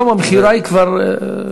היום המכירה היא כבר,